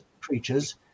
creatures